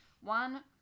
One